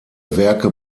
werke